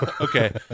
Okay